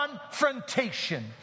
confrontation